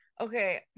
Okay